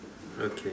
okay